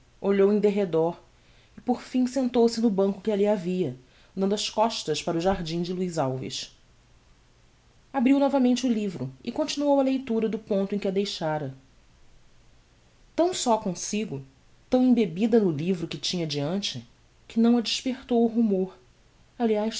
olhou em derredor e por fim sentou-se no banco que alli havia dando as costas para o jardim de luiz alves abriu novamente o livro e continuou a leitura do ponto em que a deixara tão só comsigo tão embebida no livro que tinha deante que não a despertou o rumor aliás